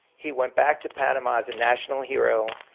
he went back to panama as a national hero,